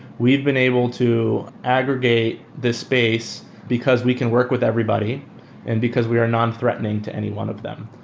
we've been able to aggregate this space because we can work with everybody and because we are nonthreatening to any one of them.